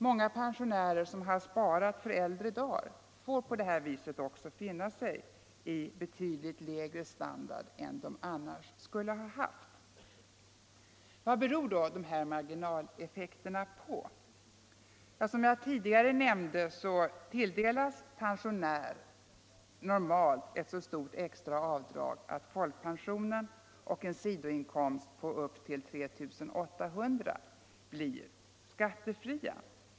Många pensionärer som har sparat för äldre dagar får dessutom finna sig i betydligt lägre standard än de annars skulle ha haft. Vad beror då dessa marginaleffekter på? Som jag tidigare nämnde tilldelas en pensionär normalt ett så stort extra avdrag att folkpensionen och en sidoinkomst på högst 3 800 kr. blir skattefria.